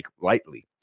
lightly